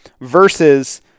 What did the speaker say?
versus